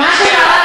מה שקרה,